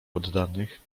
poddanych